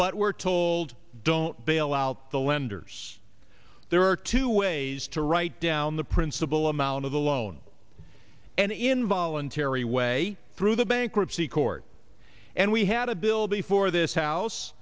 but we're told don't bail out the lenders there are two ways to write down the principal amount of the loan and involuntary way through the bankruptcy court and we had a bill before this house